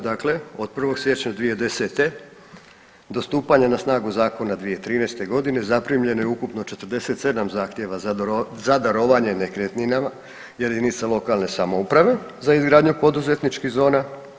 Dakle, od 1. siječnja 2010. do stupanja na snagu zakona 2013. godine zaprimljeno je ukupno 47 zahtjeva za darovanje nekretninama jedinica lokalne samouprave za izgradnju poduzetničkih zona.